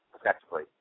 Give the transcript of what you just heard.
effectively